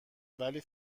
ولی